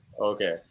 Okay